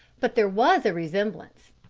but there was a resemblance.